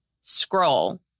Scroll